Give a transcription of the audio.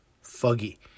foggy